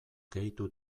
gehitu